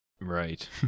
Right